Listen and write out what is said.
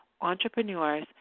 entrepreneurs